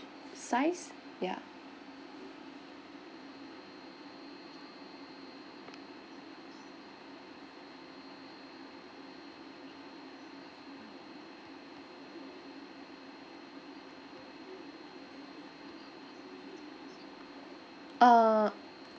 size ya uh